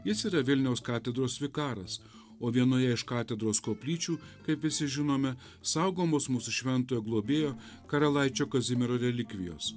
jis yra vilniaus katedros vikaras o vienoje iš katedros koplyčių kaip visi žinome saugomos mūsų šventojo globėjo karalaičio kazimiero relikvijos